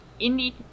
indie